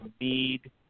need